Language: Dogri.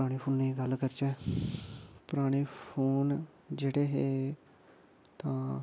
पराने फोनै दी गल्ल करचै पराने फोन जेह्ड़े हे तां